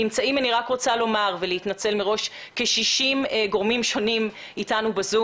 אני רוצה לומר ולהתנצל מראש: נמצאים אתנו כ-60 גורמים שונים בזום,